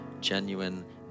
genuine